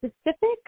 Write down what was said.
specific